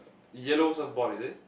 yellow surf board is it